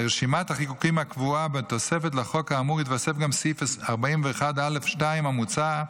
לרשימת החיקוקים הקבועה בתוספת לחוק האמור יתווסף גם סעיף 41א2 המוצע,